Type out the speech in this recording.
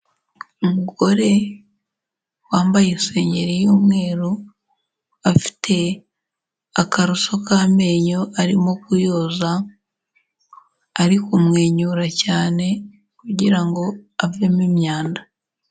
Umugore wambaye isengeri y'umweru, afite akaroso k'amenyo, arimo kuyoza ari kumwenyura cyane, kugira ngo avemo imyanda.